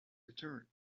return